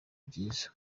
byiza